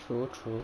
true true